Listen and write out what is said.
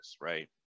right